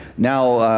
now,